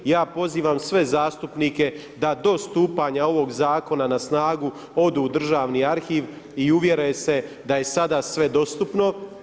Ja pozivam sve zastupnike da do stupanja ovog zakona na snagu odu u Državni arhiv i uvjere se da je sada sve dostupno.